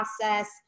process